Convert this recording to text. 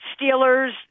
Steelers